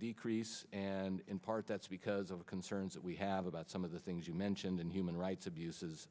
decrease and in part that's because of the concerns that we have about some of the things you mentioned and human rights abuses